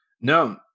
No